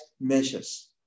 measures